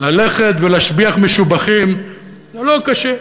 ללכת ולהשביח משובחים זה לא קשה.